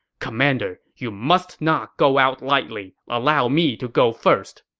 commander, you must not go out lightly. allow me to go first.